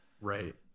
Right